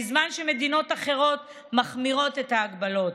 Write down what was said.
בזמן שמדינות אחרות מחמירות את ההגבלות.